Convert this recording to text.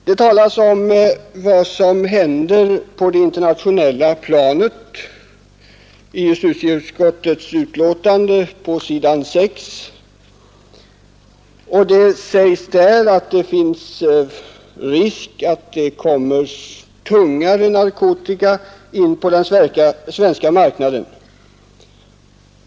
På s. 6 i justitieutskottets betänkande talas det om vad som händer på det internationella planet. Där sägs att viss risk finns för att tyngre narkotika förs in på den svenska marknaden.